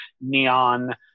neon